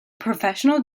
professional